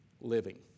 living